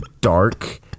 dark